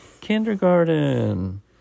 kindergarten